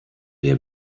der